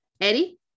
Eddie